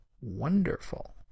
wonderful